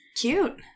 Cute